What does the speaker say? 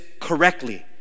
correctly